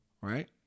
right